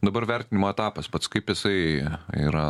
dabar vertinimo etapas pats kaip jisai yra